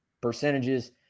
percentages